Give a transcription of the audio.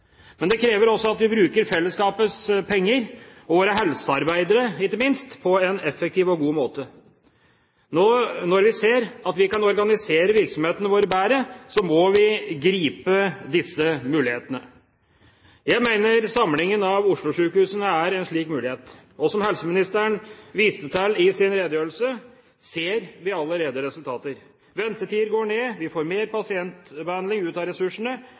Men det krever også at vi bruker fellesskapets penger og våre helsearbeidere, ikke minst, på en effektiv og god måte. Når vi ser at vi kan organisere virksomhetene våre bedre, må vi gripe disse mulighetene. Jeg mener samlingen av Oslo-sykehusene er en slik mulighet. Og som helseministeren viste til i sin redegjørelse, ser vi allerede resultater. Ventetider går ned, vi får mer pasientbehandling ut av ressursene,